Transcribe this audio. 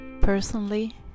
Personally